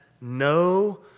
no